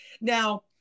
Now